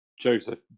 Joseph